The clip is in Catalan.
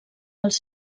els